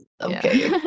Okay